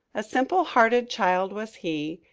a simple-hearted child was he,